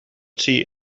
tea